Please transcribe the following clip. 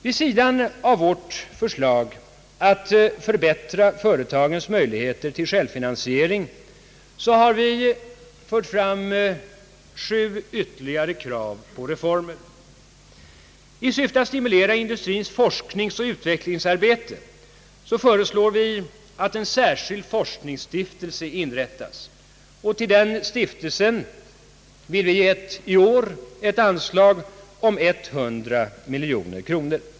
Vid sidan av vårt förslag att förbätt ra företagens möjligheter till självfinansiering har vi fört fram sju ytterligare krav på reformer. I syfte att stimulera industrins forskningsoch utvecklingsarbete föreslår vi att en särskild forskningsstiftelse inrättas, och den stiftelsen vill vi i år ge ett anslag om 100 miljoner kronor.